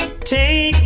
take